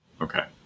Okay